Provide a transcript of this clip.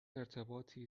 ارتباطی